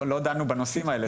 לא דנו בנושאים האלה.